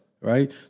right